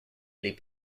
les